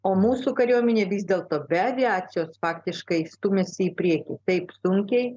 o mūsų kariuomenė vis dėlto be aviacijos faktiškai stūmėsi į priekį taip sunkiai